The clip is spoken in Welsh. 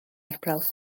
arbrawf